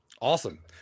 awesome